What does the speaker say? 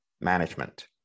management